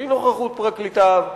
בלי נוכחות פרקליטיו,